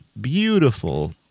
beautiful